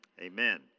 amen